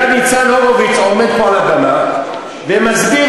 היה ניצן הורוביץ עומד פה על הבמה ומסביר